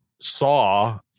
saw